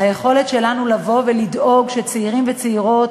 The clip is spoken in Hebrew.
היכולת שלנו לדאוג שצעירים וצעירות,